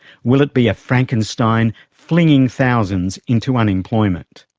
will it be a frankenstein flinging thousands into unemployment?